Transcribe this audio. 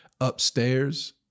upstairs